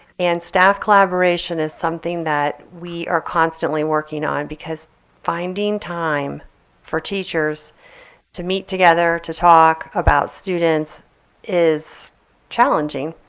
and staff collaboration is something that we are constantly working on because finding time for teachers to meet together to talk about students is challenging.